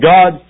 God